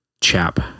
chap